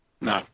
No